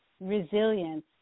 resilience